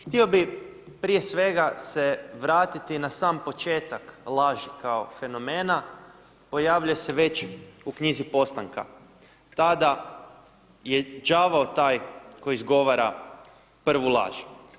Htio bi prije svega se vratiti na sam početak laži kao fenomena, pojavljuje se već u knjizi Postanka tada je đavao taj koji izgovara prvu laž.